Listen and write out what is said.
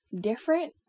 different